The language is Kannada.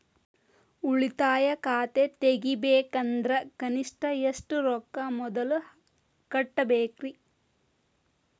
ಉಳಿತಾಯ ಖಾತೆ ತೆಗಿಬೇಕಂದ್ರ ಕನಿಷ್ಟ ಎಷ್ಟು ರೊಕ್ಕ ಮೊದಲ ಕಟ್ಟಬೇಕ್ರಿ?